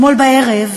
אתמול בערב